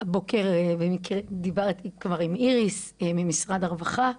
הבוקר במקרה דיברתי כבר עם איריס ממשרד הרווחה,